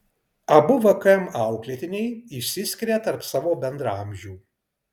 abu vkm auklėtiniai išsiskiria tarp savo bendraamžių